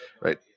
right